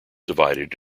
divided